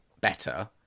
better